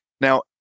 now